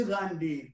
Gandhi